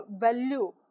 value